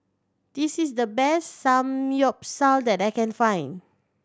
this is the best Samgyeopsal that I can find